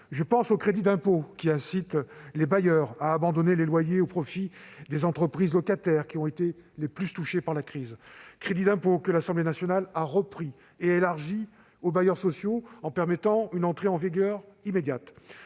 Je pense au crédit d'impôt incitant les bailleurs à abandonner les loyers au profit des entreprises locataires qui ont été les plus touchées par la crise, que l'Assemblée nationale a repris et élargi aux bailleurs sociaux, en en permettant une entrée en vigueur immédiate.